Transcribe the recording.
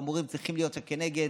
והמורים צריכים להיות כנגד,